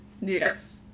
Yes